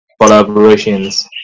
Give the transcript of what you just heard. collaborations